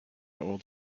old